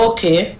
Okay